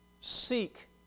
seek